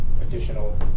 additional